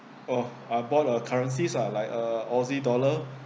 oh are bond or currencies are like uh aussie dollar